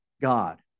God